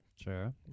Sure